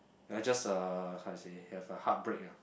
we're just a how to say have a heartbreak eh